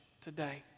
today